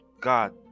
God